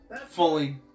fully